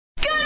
Good